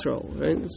right